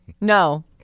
No